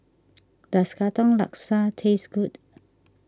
does Katong Laksa taste good